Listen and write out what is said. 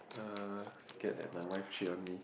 er scared that my wife she want me